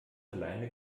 alleine